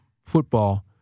football